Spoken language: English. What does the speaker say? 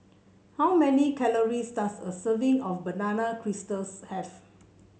how many calories does a serving of banana have